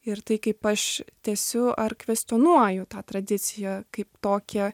ir tai kaip aš tęsiu ar kvestionuoju tą tradiciją kaip tokią